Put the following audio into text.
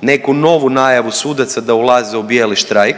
neku novu najavu sudaca da ulaze u bijeli štrajk,